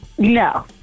No